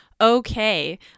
okay